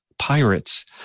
pirates